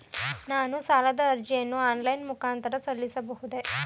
ನಾನು ಸಾಲದ ಅರ್ಜಿಯನ್ನು ಆನ್ಲೈನ್ ಮುಖಾಂತರ ಸಲ್ಲಿಸಬಹುದೇ?